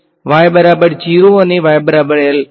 વિદ્યાર્થી અને અને અને વચ્ચે શું